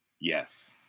Yes